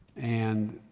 and,